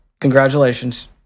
Congratulations